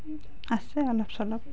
আছে অলপ চলপ